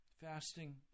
fasting